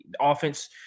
offense